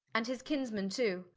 and his kinsman too